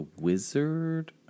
Wizard